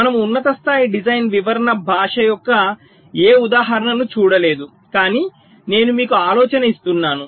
మనము ఉన్నత స్థాయి డిజైన్ వివరణ భాష యొక్క ఏ ఉదాహరణను చూడలేదు కాని నేను మీకు ఆలోచన ఇస్తున్నాను